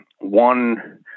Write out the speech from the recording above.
one